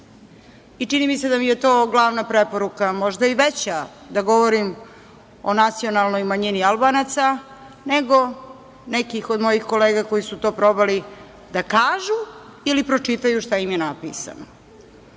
i čini mi se da mi je to glavna preporuka, možda i veća da govorim o nacionalnoj manjini Albanaca nego nekih od mojih kolega koji su to probali da kažu ili pročitaju šta im je napisano. Koliko